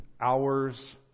hours